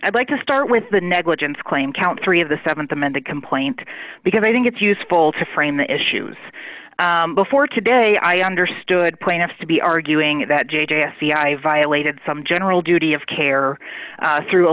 i'd like to start with the negligence claim count three of the th amended complaint because i think it's useful to frame the issues before today i understood plaintiff to be arguing that j j sci violated some general duty of care through a